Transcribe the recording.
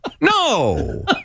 no